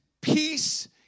peace